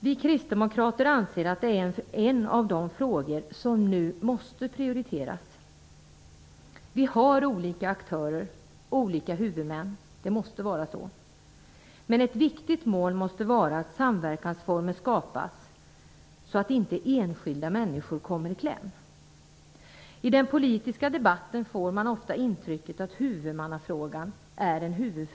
Vi kristdemokrater anser att det är en av de frågor som nu måste prioriteras. Vi har olika aktörer, olika huvudmän. Det måste vara så. Men ett viktigt mål måste vara att samverkansformer skapas så att inte enskilda människor kommer i kläm. I den politiska debatten får man ofta intrycket att huvudmannafrågan är en huvudfråga.